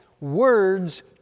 Words